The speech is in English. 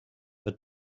but